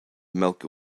milky